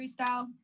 freestyle